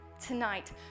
tonight